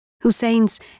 Hussein's